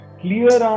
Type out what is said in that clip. clear